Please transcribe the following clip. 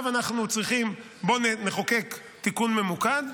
בוא נחוקק תיקון ממוקד,